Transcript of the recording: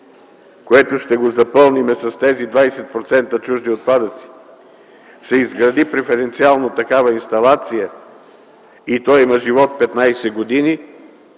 което ще го запълним с тези 20% чужди отпадъци, се изгради преференциално такава инсталация и то има живот 15 години,